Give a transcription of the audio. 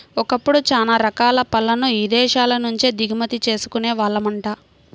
ఒకప్పుడు చానా రకాల పళ్ళను ఇదేశాల నుంచే దిగుమతి చేసుకునే వాళ్ళమంట